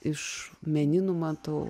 iš meninų matau